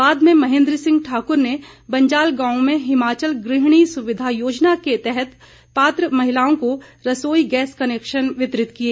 बाद मं महेन्द्र सिंह ठाकुर ने बंजाल गावं में हिमाचल गृहिणी सुविधा योजना के तहत पात्र महिलाओं को रसोई गैस कनैक्शन वितरित किए